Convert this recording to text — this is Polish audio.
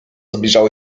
zbliżało